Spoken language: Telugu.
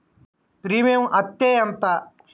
ప్రీమియం అత్తే ఎంత?